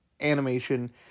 animation